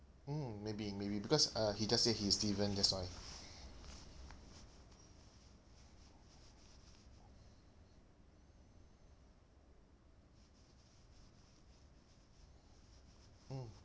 mm maybe maybe because uh he just said he is steven that's why mm